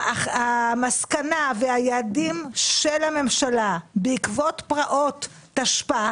המסקנה והיעדים של הממשלה בעקבות פרעות תשפ"א